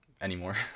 anymore